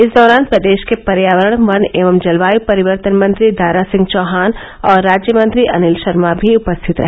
इस दौरान प्रदेश के पर्यावरण वन एवं जलवाय परिवर्तन मंत्री दारा सिंह चौहान और राज्य मंत्री अनिल शर्मा भी उपस्थित रहे